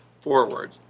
forward